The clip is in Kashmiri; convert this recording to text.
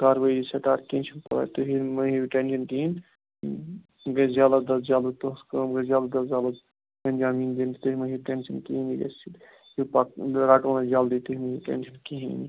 کاروٲیی سٹارٹ کینٛہہ چھُ نہٕ پرواے تُہۍ ہیٚیِو مہ ہیٚیِو ٹیٚنشَن کِہیٖنۍ یہِ گَژھِ جلد از جلد تُہٕنٛز کٲم گَژھِ جلد از جلد انجام یِن دنہ تُہۍ مہ ہیٚیِو ٹیٚنشن کِہیٖنۍ نہ یہِ گَژھِ پَک رَٹون أسۍ جلدی تُہۍ مہ ہیٚیِو ٹیٚنشن کِہیٖنۍ نہ